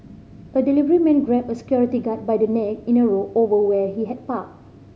a delivery man grabbed a security guard by the neck in a row over where he had parked